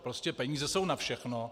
Prostě peníze jsou na všechno.